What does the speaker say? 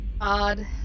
Odd